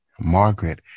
Margaret